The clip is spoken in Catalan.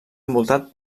envoltat